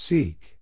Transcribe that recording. Seek